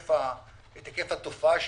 היקף התופעה,